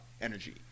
energy